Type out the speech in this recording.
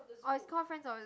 or is call friends of